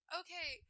okay